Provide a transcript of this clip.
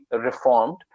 reformed